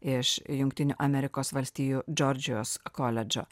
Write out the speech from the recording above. iš jungtinių amerikos valstijų džordžijos koledžo